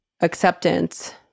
acceptance